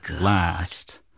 last